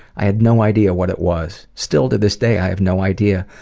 i had no idea what it was. still, to this day, i have no idea,